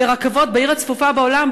לרכבות בעיר הצפופה בעולם,